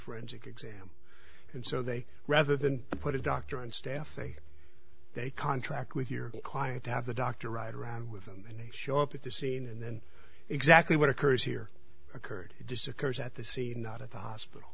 forensic exam and so they rather than put a doctor on staff they they contract with your client to have the doctor ride around with them and they show up at the scene and then exactly what occurs here occurred just occurs at the scene not at the hospital